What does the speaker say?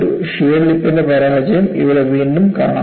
ഒരു ഷിയർ ലിപ്പ്ന്റെ പരാജയം ഇവിടെ വീണ്ടും കാണാം